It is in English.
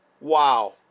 Wow